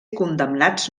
condemnats